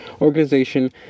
organization